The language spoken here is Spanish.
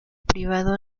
privado